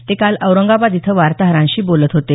ते काल औरंगाबाद इथं वार्ताहरांशी बोलत होते